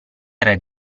era